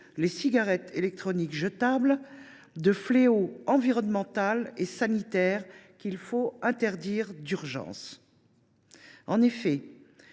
les cigarettes électroniques jetables de « fléau environnemental et sanitaire qu’il faut interdire d’urgence ». Cela